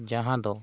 ᱡᱟᱦᱟᱸ ᱫᱚ